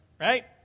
right